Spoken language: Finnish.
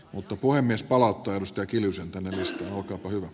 arvoisa puhemies kiitoksia